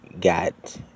got